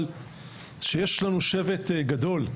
אבל שיש לנו שבט גדול,